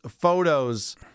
photos